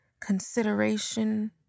consideration